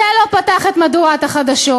למה זה לא פתח את מהדורת החדשות?